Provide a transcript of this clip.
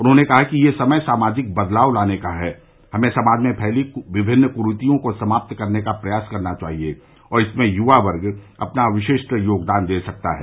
उन्होंने कहा कि यह समय सामाजिक बदलाव लाने का है हमें समाज में फैली विभिन्न कुरीतियों को समाप्त करने का प्रयास करना चाहिए और इसमें युवा वर्ग अपना विशिष्ट योगदान दे सकता है